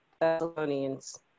Thessalonians